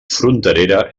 fronterera